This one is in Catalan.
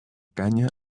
canya